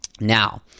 Now